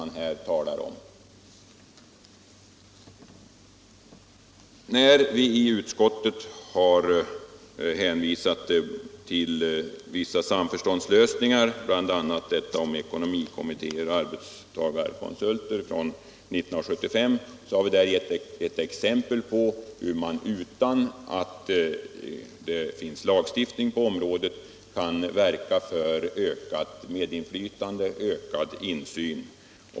När vi i utskottet har hänvisat till vissa samförståndslösningar, bl.a. överenskommelsen 1975 om ekonomikommitté och arbetstagarkonsult, har vi givit ett exempel på hur man utan lagstiftning kan verka för ökat medinflytande, ökad insyn.